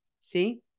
see